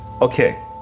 okay